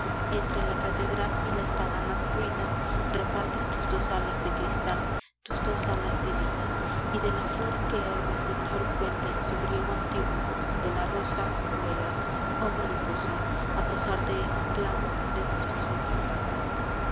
nardo entre la catedral y las paganas ruinas repartes tus dos alas de cristal tus dos alas divinas y de la flor que el ruiseñor canta en su griego antiguo de la rosa vuelas oh mariposa a posarte en un clavo de nuestro señor xiv